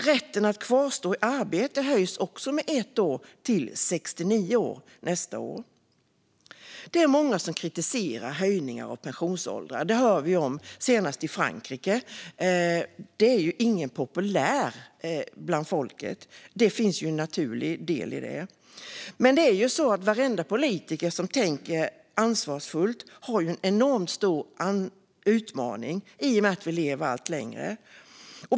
Rätten att kvarstå i arbete höjs också med ett år till 69 år nästa år. Det är många som kritiserar höjningar av pensionsåldrar. Det har vi hört om senast från Frankrike. Det är inte populärt bland folket, och det har sina naturliga skäl. Men varenda politiker som tänker ansvarsfullt har en enormt stor utmaning i och med att vi lever allt längre.